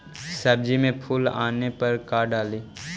सब्जी मे फूल आने पर का डाली?